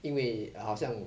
因为好像